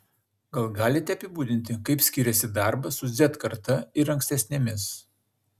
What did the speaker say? gal galite apibūdinti kaip skiriasi darbas su z karta ir ankstesnėmis